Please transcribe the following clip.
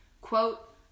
Quote